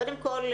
קודם כול,